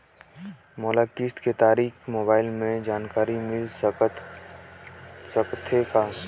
मोला किस्त के तारिक मोबाइल मे जानकारी मिल सकथे का?